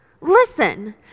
Listen